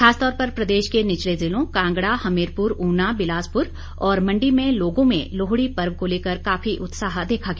खासतौर पर प्रदेश के निचले जिलों कांगड़ा हमीरपुर उना बिलासपुर और मंडी में लोगों में लोहड़ी पर्व को लेकर काफी उत्साह देखा गया